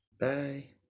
bye